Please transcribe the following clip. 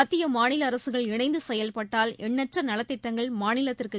மத்திய மாநில அரசுகள் இணைந்து செயல்பட்டால் எண்ணற்ற நலத்திட்டங்கள் மாநிலத்திற்கு